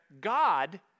God